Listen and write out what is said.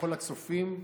לכל הצופים,